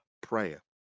prayer